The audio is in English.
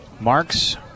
Marks